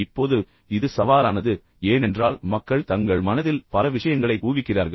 இப்போது இது சவாலானது ஏனென்றால் மக்கள் தங்கள் மனதில் பல விஷயங்களைக் ஊகிக்கிறார்கள்